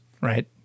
right